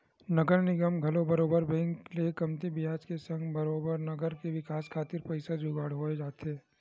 नगर निगम ल घलो बरोबर बेंक ले कमती बियाज के संग बरोबर नगर के बिकास खातिर पइसा के जुगाड़ होई जाथे